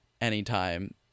anytime